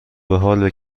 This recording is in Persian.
بحال